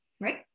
right